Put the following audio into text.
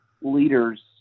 leaders